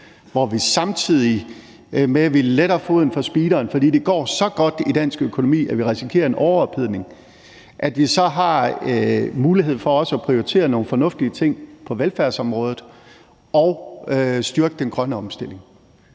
hvor vi, samtidig med at vi letter foden fra speederen, fordi det går så godt i dansk økonomi, at vi risikerer en overophedning, så har mulighed for også at prioritere nogle fornuftige ting på velfærdsområdet og styrke den grønne omstilling.